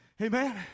Amen